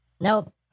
Nope